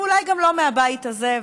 ואולי גם לא מהבית הזה.